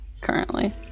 currently